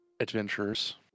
Adventures